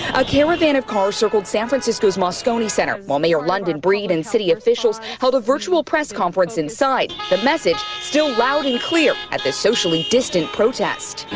a caravan of cars circled san francisco's moscone center while mayor london breed and city officials held a virtual press conference inside. the message still loud and clear at this socially distant protest.